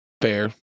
fair